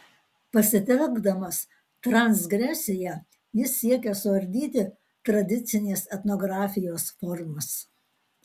pasitelkdamas transgresiją jis siekia suardyti tradicinės etnografijos formas